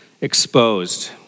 exposed